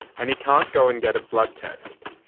and he can't go and get a blood test.